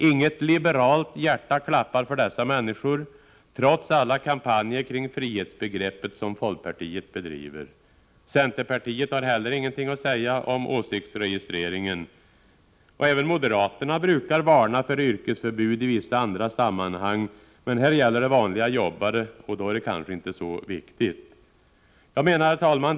Inget liberalt hjärta klappar för dessa människor, trots alla kampanjer kring frihetsbegreppet som folkpartiet bedriver. Centerpartiet har heller inget att säga om åsiktsregistreringen. Även moderaterna brukar varna för yrkesförbud i vissa andra sammanhang, men här gäller det vanliga jobbare, och då är det kanske inte så viktigt. Herr talman!